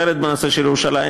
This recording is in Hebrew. אחרת בנושא של ירושלים,